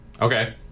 Okay